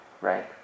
right